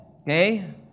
okay